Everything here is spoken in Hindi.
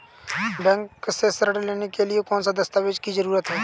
बैंक से ऋण लेने के लिए कौन से दस्तावेज की जरूरत है?